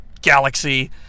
Galaxy